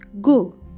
Go